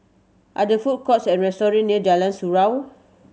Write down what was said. are the food courts or restaurant near Jalan Surau